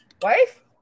wife